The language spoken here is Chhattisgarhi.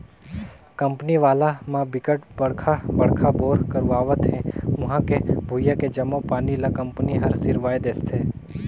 कंपनी वाला म बिकट बड़का बड़का बोर करवावत हे उहां के भुइयां के जम्मो पानी ल कंपनी हर सिरवाए देहथे